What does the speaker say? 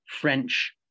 French